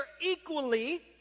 equally